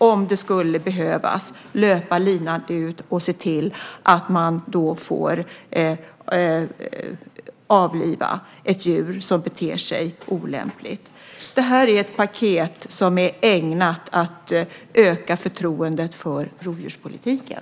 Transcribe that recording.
Om det behövs kan man löpa linan ut och se till att ett djur som beter sig olämpligt avlivas. Det här är ett paket som är ägnat att öka förtroendet för rovdjurspolitiken.